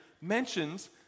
mentions